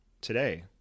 today